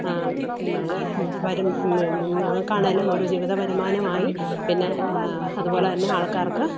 ആ പിന്നെ വരും ഞങ്ങൾക്കാണെങ്കിലും ഒരു ജീവിതവരുമാനമായി പിന്നെ അതുപോലെതന്നെ ആള്ക്കാര്ക്ക്